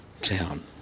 town